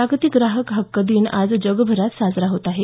जागतिक ग्राहक हक्क दिवस आज जगभरात साजरा होत आहे